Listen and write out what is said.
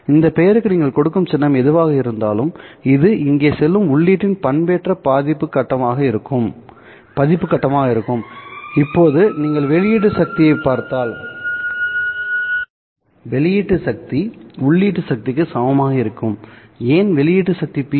இந்த பெயருக்கு நீங்கள் கொடுக்கும் சின்னம் எதுவாக இருந்தாலும் இது இங்கே செல்லும் உள்ளீட்டின் பண்பேற்றப்பட்ட பதிப்பு கட்டமாக இருக்கும்இப்போது நீங்கள் வெளியீட்டு சக்தி பார்த்தால் வெளியீட்டு சக்தி உள்ளீட்டு சக்திக்கு சமமாக இருக்கும்ஏன் வெளியீட்டு சக்தி PS